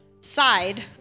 side